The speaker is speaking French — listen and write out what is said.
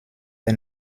est